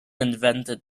invented